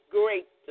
great